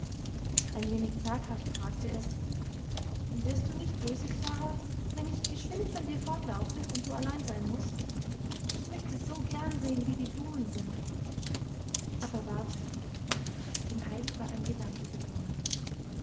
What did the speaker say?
ein wenig zaghaft fragte es wirst du nicht böse klara wenn ich geschwind von dir fortlaufe und du allein sein mußt ich möchte so gern sehen wie die blumen sind aber warte dem heidi war ein gedanke gekommen